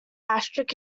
asterisk